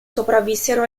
sopravvissero